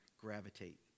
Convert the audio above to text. gravitate